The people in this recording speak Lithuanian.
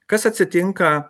kas atsitinka